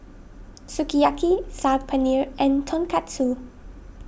Sukiyaki Saag Paneer and Tonkatsu